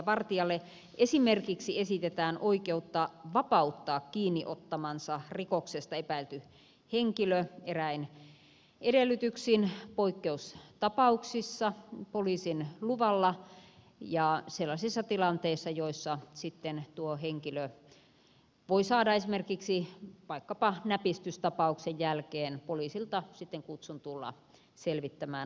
vartijalle esimerkiksi esitetään oikeutta vapauttaa kiinni ottamansa rikoksesta epäilty henkilö eräin edellytyksin poikkeustapauksissa poliisin luvalla ja sellaisissa tilanteissa joissa sitten tuo henkilö voi saada esimerkiksi vaikkapa näpistystapauksen jälkeen poliisilta kutsun tulla selvittämään asia myöhemmin